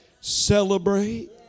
celebrate